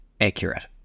accurate